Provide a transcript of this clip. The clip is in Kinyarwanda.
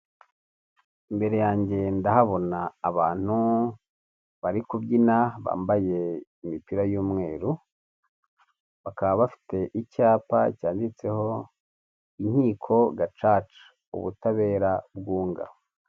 Imbere yanjye ndahabona abantu bari kubyina bambaye imipira y'umweru, bakaba bafite icyapa cyanditseho inkiko gacaca ubutabera bwunga.